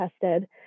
tested